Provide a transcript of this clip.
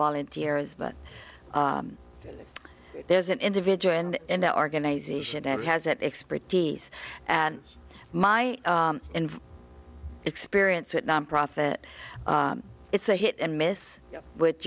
volunteers but there's an individual and in the organization that has that expertise and my and experience it nonprofit it's a hit and miss with